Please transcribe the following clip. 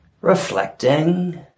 reflecting